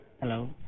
Hello